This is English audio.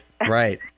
Right